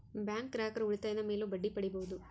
bank ಗ್ರಾಹಕರು ಉಳಿತಾಯದ ಮೇಲೂ ಬಡ್ಡಿ ಪಡೀಬಹುದು